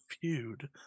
feud